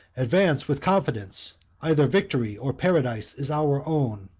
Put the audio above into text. advance with confidence either victory or paradise is our own.